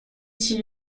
dit